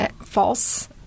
false